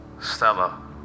Stella